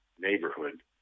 neighborhood